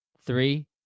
three